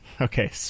Okay